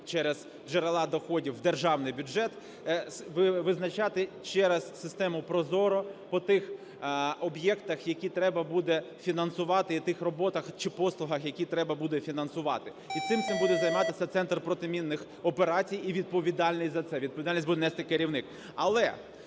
через джерела доходів в державний бюджет, визначати ще раз систему прозоро по тих об'єктах, які треба буде фінансувати, і тих роботах чи послугах, які треба буде фінансувати. І цим всім буде займатися Центр протимінних операцій і відповідальний за це, відповідальність буде нести керівник.